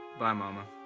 bye, mama.